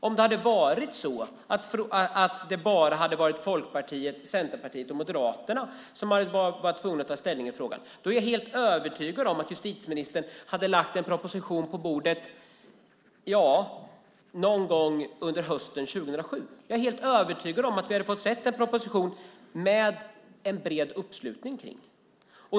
Om bara Folkpartiet, Centerpartiet och Moderaterna hade varit tvungna att ta ställning i frågan är jag helt övertygad om att justitieministern hade lagt en proposition på bordet någon gång under hösten 2007. Jag är helt övertygad om att vi hade fått se en proposition med en bred uppslutning.